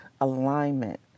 alignment